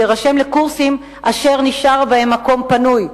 להירשם לקורסים אשר נשאר בהם מקום פנוי,